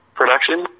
production